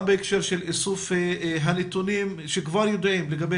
גם בהקשר של איסוף הנתונים שכבר ידועים לגבי